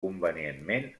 convenientment